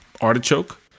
artichoke